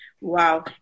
Wow